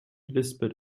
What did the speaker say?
lispelt